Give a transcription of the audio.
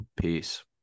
Peace